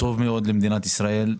טוב מאוד למדינת ישראל.